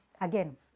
again